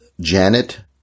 Janet